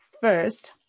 first